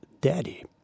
daddy